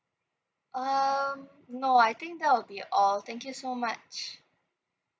um no I think that will be all thank you so much